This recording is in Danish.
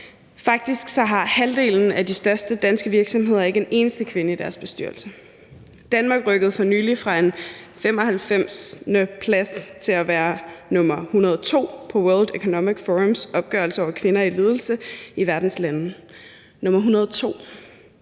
Faktisk har halvdelen af de største danske virksomheder ikke en eneste kvinde i deres bestyrelser. Danmark rykkede for nylig fra en plads som nummer 95 til at være nummer 102 på World Economic Forums opgørelse over kvinder i ledelse i verdens lande